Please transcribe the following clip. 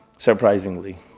surprisingly.